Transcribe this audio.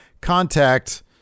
contact